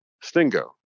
stingo